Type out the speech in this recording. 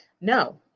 no